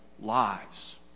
lives